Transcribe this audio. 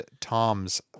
Tom's